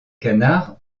canards